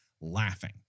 laughing